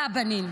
--- והבנים.